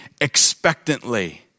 expectantly